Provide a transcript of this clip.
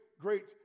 great